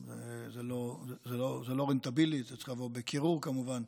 זה לא רנטבילי, זה צריך לעבור בקירור, כמובן.